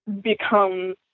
become